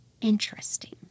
Interesting